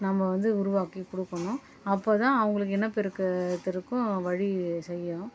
நம்ம வந்து உருவாக்கி கொடுக்கணும் அப்போது தான் அவங்களுக்கு இனப்பெருக்கத்திருக்கும் வழி செய்யணும்